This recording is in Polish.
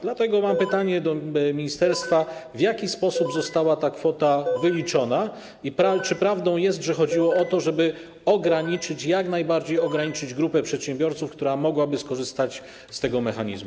Dlatego mam pytanie do ministerstwa: W jaki sposób została ta kwota wyliczona i czy prawdą jest, że chodziło o to, żeby ograniczyć, jak najbardziej ograniczyć, grupę przedsiębiorców, która mogłaby skorzystać z tego mechanizmu?